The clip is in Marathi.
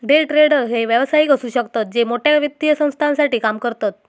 डे ट्रेडर हे व्यावसायिक असु शकतत जे मोठ्या वित्तीय संस्थांसाठी काम करतत